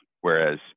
Whereas